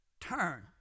turn